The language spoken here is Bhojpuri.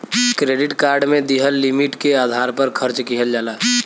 क्रेडिट कार्ड में दिहल लिमिट के आधार पर खर्च किहल जाला